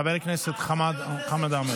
חבר הכנסת חמד עמאר.